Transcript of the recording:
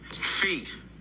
Feet